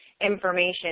information